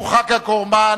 הוא חג הקורבן,